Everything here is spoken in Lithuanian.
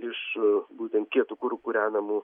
iš būtent kietu kuru kūrenamų